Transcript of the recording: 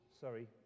sorry